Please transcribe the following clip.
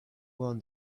won